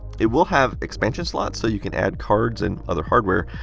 it will have expansion slots so you can add cards and other hardware.